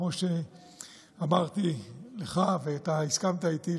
כמו שאמרתי לך ואתה הסכמת איתי,